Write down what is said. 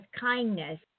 kindness